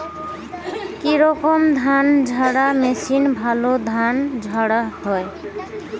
কি রকম ধানঝাড়া মেশিনে ভালো ধান ঝাড়া হয়?